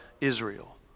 Israel